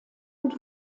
und